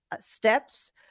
steps